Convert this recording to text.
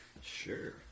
Sure